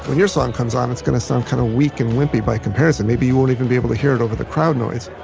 song comes on it's gonna sound kind of weak and wimpy by comparison. maybe you won't even be able to hear it over the crowd noise,